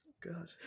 God